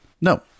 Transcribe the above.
No